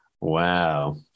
Wow